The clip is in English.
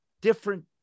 different